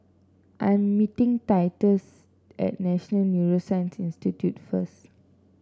I am meeting Titus at National Neuroscience Institute first